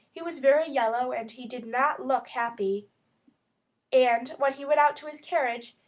he was very yellow and he did not look happy and when he went out to his carriage,